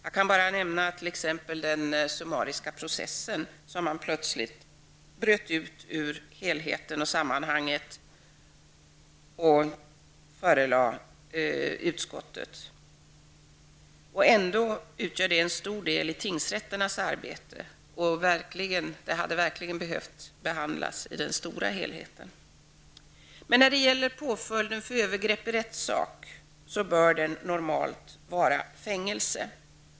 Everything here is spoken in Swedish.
Jag kan bara nämna den summariska processen som man plötsligt bröt ut ur helheten och sammanhanget och förelade utskottet. Ändå utgör den en stor del i tingsrätternas arbete och hade verkligen behövt behandlas i den stora helheten. Påföljden för övergrepp i rättssak bör normalt vara fängelse.